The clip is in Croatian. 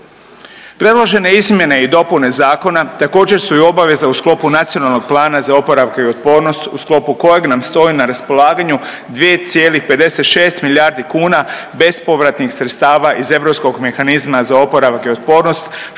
Predložene izmjene i dopune zakona također su i obaveza u sklopu Nacionalnog plana za oporavak i otpornost u sklopu kojeg nam stoji na raspolaganju 2,56 milijardi kuna bespovratnih sredstava iz Europskog mehanizma za oporavak i otpornost